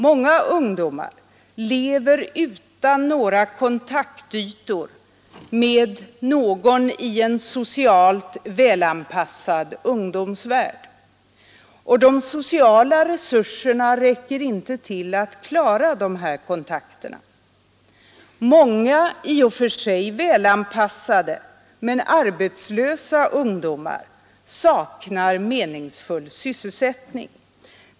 Många ungdomar lever utan kontaktytor med någon i en socialt välanpassad ungdomsvärld, och de sociala resurserna räcker inte till att klara de här kontakterna. Många i och för sig välanpassade men arbetslösa ungdomar saknar meningsfull sysselsättning.